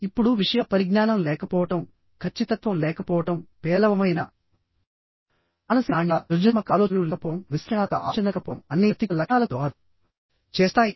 ఇప్పుడు విషయ పరిజ్ఞానం లేకపోవడం ఖచ్చితత్వం లేకపోవడం పేలవమైన మానసిక నాణ్యత సృజనాత్మక ఆలోచనలు లేకపోవడం విశ్లేషణాత్మక ఆలోచన లేకపోవడం అన్నీ ప్రతికూల లక్షణాలకు దోహదం చేస్తాయి